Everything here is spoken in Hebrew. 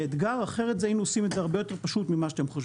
זה אתגר אחרת היינו עושים את זה הרבה יותר פשוט ממה שאתה חושבים.